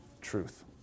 truth